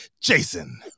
Jason